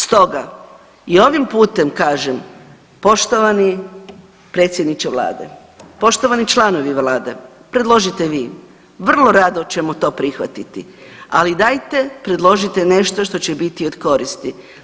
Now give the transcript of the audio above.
Stoga i ovim putem kažem, poštovani predsjedniče Vlade, poštovani članovi Vlade predložite vi, vrlo rado ćemo to prihvatiti, ali dajte predložite nešto što će biti od koristi.